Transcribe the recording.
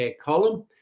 Column